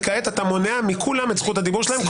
וכעת אתה מונע מכולם את זכות הדיבור שלהם,